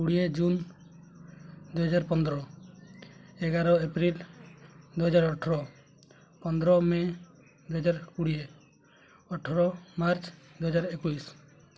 କୋଡ଼ିଏ ଜୁନ୍ ଦୁଇହଜାର ପନ୍ଦର ଏଗାର ଏପ୍ରିଲ୍ ଦୁଇହଜାର ଅଠର ପନ୍ଦର ମେ ଦୁଇହଜାର କୋଡ଼ିଏ ଅଠର ମାର୍ଚ୍ଚ୍ ଦୁଇହଜାର ଏକୋଇଶ